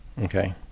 Okay